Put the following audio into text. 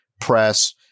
press